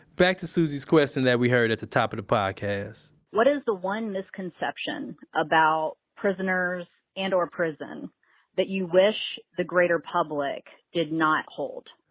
back to susie's question that we heard at the top of the podcast what is the one misconception about prisoners and or prison that you wish the greater public did not hold?